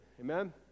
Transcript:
Amen